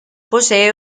posee